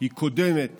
היא קודמת